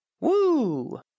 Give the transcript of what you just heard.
Woo